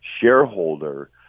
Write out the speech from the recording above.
shareholder